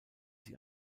sie